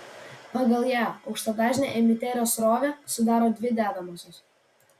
pagal ją aukštadažnę emiterio srovę sudaro dvi dedamosios